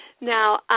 Now